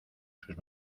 sus